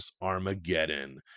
Armageddon